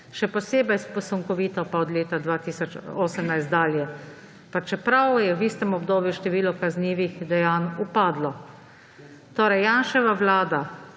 še posebej sunkovito pa od leta 2018 dalje, pa čeprav je v istem obdobju število kaznivih dejanj upadlo. Torej Janševa vlada